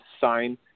sign